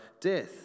death